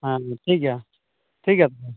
ᱦᱮᱸ ᱴᱷᱤᱠ ᱜᱮᱭᱟ ᱴᱷᱤᱠ ᱜᱮᱭᱟ